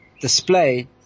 display